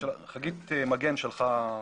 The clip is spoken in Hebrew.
חגית מגן שלחה